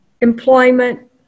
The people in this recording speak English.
employment